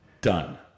done